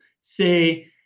say